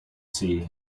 see